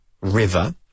river